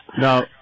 Now